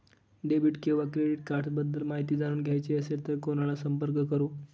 Debit किंवा credit cards बद्दल माहिती जाणून घ्यायची असेल तर कोणाला संपर्क करु?